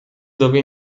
dove